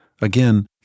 Again